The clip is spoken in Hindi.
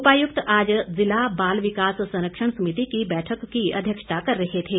उपायुक्त आज जिला बाल विकास संरक्षण समिति की बैठक की अध्यक्षता कर रहे थे